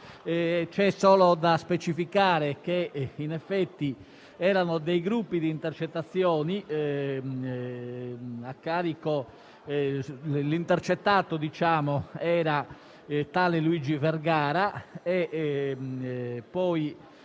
C'è solo da specificare che, in effetti, erano dei gruppi di intercettazioni e che l'intercettato era tale Luigi Vergara; una